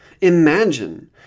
Imagine